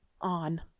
On